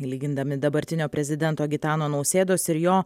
lygindami dabartinio prezidento gitano nausėdos ir jo